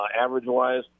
average-wise